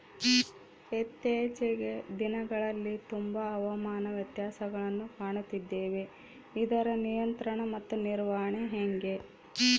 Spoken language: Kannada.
ಇತ್ತೇಚಿನ ದಿನಗಳಲ್ಲಿ ತುಂಬಾ ಹವಾಮಾನ ವ್ಯತ್ಯಾಸಗಳನ್ನು ಕಾಣುತ್ತಿದ್ದೇವೆ ಇದರ ನಿಯಂತ್ರಣ ಮತ್ತು ನಿರ್ವಹಣೆ ಹೆಂಗೆ?